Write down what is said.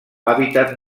hàbitat